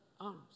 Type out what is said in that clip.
arms